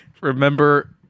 Remember